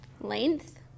Length